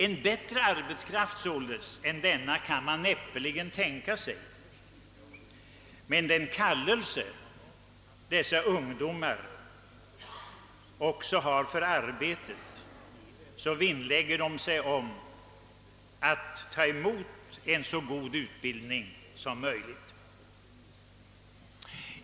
En bättre arbetskraft kan man därför näppeligen tänka sig. Med den kallelse dessa ungdomar har för arbetet vinnlägger de sig också om att tillgodogöra sig utbildningen på bästa sätt.